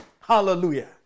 Hallelujah